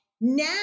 Now